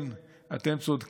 כן, אתם צודקים,